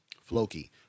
Floki